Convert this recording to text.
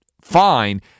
fine